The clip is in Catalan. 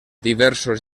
diversos